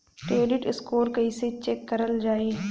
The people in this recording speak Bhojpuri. क्रेडीट स्कोर कइसे चेक करल जायी?